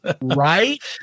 Right